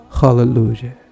hallelujah